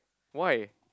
why